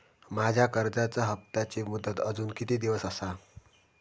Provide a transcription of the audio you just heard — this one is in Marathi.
माझ्या कर्जाचा हप्ताची मुदत अजून किती दिवस असा?